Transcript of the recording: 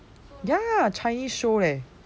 ya chinese show leh